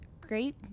great